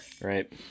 Right